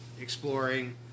exploring